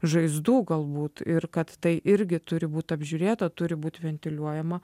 žaizdų galbūt ir kad tai irgi turi būt apžiūrėta turi būti ventiliuojama